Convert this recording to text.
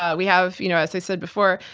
ah we have you know as i said before,